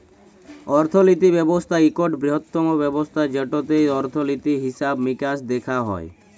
অর্থলিতি ব্যবস্থা ইকট বিরহত্তম ব্যবস্থা যেটতে অর্থলিতি, হিসাব মিকাস দ্যাখা হয়